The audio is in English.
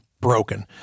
broken